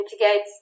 mitigate